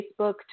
Facebook